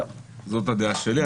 זו הדעה שלי.